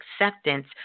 acceptance